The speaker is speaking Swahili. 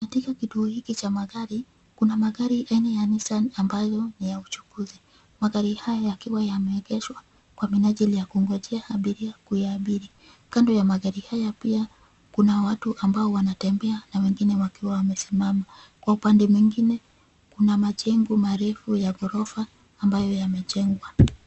Katika kituo hiki cha magari, kuna magari aina ya Nissan ambayo ni ya uchukuzi. Magari haya yakiwa yameegeshwa kwa minajili ya kungojea abiria kuyaabiri. Kando ya magari haya pia kuna watu ambao wanatembea, na wengine wakiwa wamesimama. Kwa upande mwingine, kuna majengo marefu ya ghorofa ambayo yamejengwa.